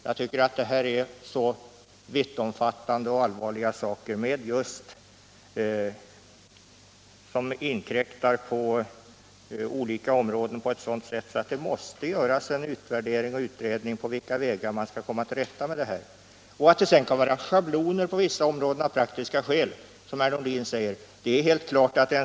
Här gäller det så vittomfattande och allvarliga frågor om begränsningar på olika områden, att det måste göras en utvärdering av på vilka vägar vi skall komma till rätta med missförhållandena. Att det sedan kan tillämpas schabloner av praktiska skäl, som herr Nordin säger, är helt klart.